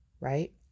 right